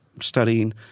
studying